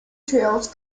trails